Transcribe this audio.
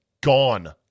gone